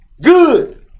good